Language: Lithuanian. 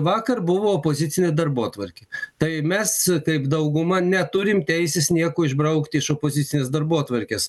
vakar buvo opozicinė darbotvarkė tai mes kaip dauguma neturim teisės nieko išbraukt iš opozicinės darbotvarkės